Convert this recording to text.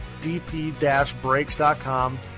dp-brakes.com